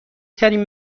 ترین